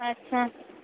ଆଚ୍ଛା